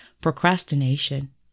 procrastination